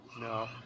No